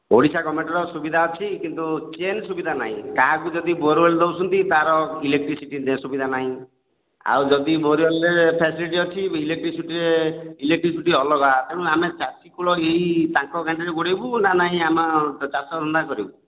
ଓଡ଼ିଶା ଗଭର୍ଣ୍ଣମେଣ୍ଟର ସୁବିଧା ଅଛି କିନ୍ତୁ ଚେନ୍ ସୁବିଧା ନାହିଁ କାହାକୁ ଯଦି ବୋରୱେଲ ଦେଉଛନ୍ତି ତାର ଇଲେକଟ୍ରିସିଟି ସୁବିଧା ନାହିଁ ଆଉ ଯଦି ବୋରୱେଲରେ ଫାସିଲିଟି ଅଛି ଇଲେକଟ୍ରିସିଟିରେ ଇଲେକଟ୍ରିସିଟି ଅଲଗା ତେଣୁ ଆମେ ଚାଷୀକୂଳ ନେଇ ତାଙ୍କ ସାଙ୍ଗରେ ଗୋଡ଼ାଇବୁ ନା ନାହିଁ ଆମ ଚାଷ କାମ କରିବୁ